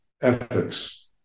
ethics